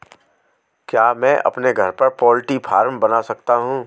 क्या मैं अपने घर पर पोल्ट्री फार्म बना सकता हूँ?